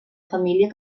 família